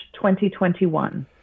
2021